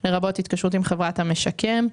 לרבות התקשרות עם חברת המשקם.